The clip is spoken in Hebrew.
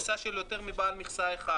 מכסה של יותר מבעל מכסה אחד,